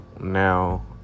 now